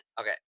Okay